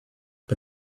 but